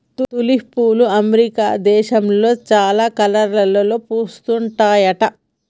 tulip పువ్వులు America దేశంలో చాలా కలర్లలో పూస్తుంటాయట